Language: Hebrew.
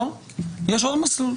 לא, יש עוד מסלול.